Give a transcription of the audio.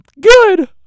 Good